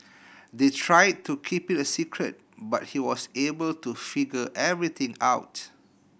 they tried to keep it a secret but he was able to figure everything out